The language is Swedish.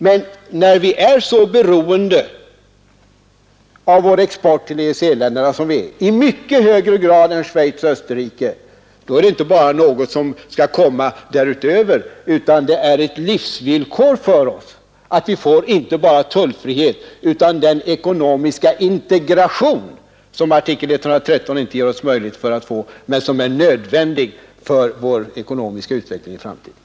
Men när vi är så beroende av vår export till EEC-länderna som vi är — i mycket högre grad än Schweiz och Österrike — då är det inte bara fråga om något som skall komma därutöver. Det är ett livsvillkor för oss att vi inte bara får tullfrihet utan även den ekonomiska integration som artikel 113 inte möjliggör för oss men som är nödvändig för vår ekonomiska utveckling i framtiden.